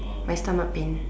my stomach pain